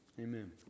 Amen